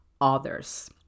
others